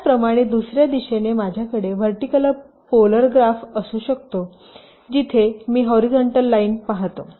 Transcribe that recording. त्याचप्रमाणे दुसर्या दिशेने माझ्याकडे व्हर्टिकल पोलर ग्राफ असू शकतो जिथे मी हॉरीझॉन्टल लाईन पाहतो